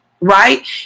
Right